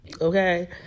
Okay